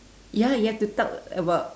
ya you have to talk about